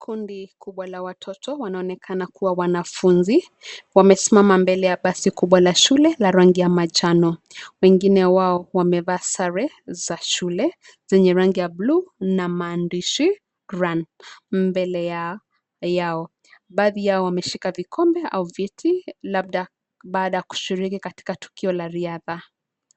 Kundi kubwa la watoto wanaonekana kuwa wanafunzi, wamesimama mbele ya basi kubwa la shule la rangi ya manjano. Wengine wao wamevaa sare za shule zenye rangi ya blue na maandishi run mbele yao. Baadhi yao wameshika vikombe au viti labda baada ya kushiriki katika tukio la riadha.